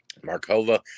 Markova